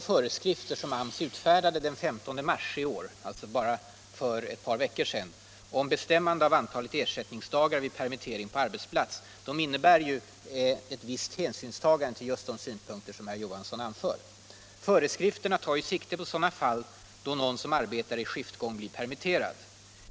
Föreskrifterna tar sikte på sådana fall då någon som arbetar i skiftgång blir permitterad.